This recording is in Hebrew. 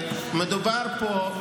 מדובר פה,